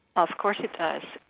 of course it does,